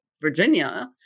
Virginia